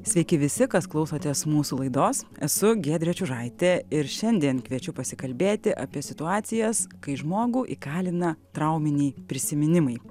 sveiki visi kas klausotės mūsų laidos esu giedrė čiužaitė ir šiandien kviečiu pasikalbėti apie situacijas kai žmogų įkalina trauminiai prisiminimai